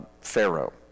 Pharaoh